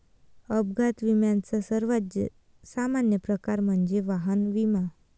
अपघात विम्याचा सर्वात सामान्य प्रकार म्हणजे वाहन विमा